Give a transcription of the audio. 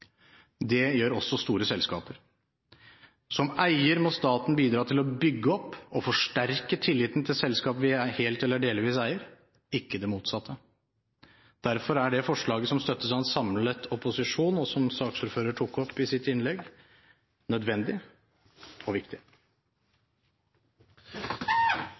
Det gjør også store selskaper. Som eier må staten bidra til å bygge opp og forsterke tilliten til selskap vi helt eller delvis eier, ikke det motsatte. Derfor er det forslaget til vedtak fra en samlet opposisjon som saksordføreren tok opp i sitt innlegg, nødvendig og viktig.